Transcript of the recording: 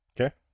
okay